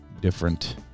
different